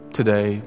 today